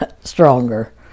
stronger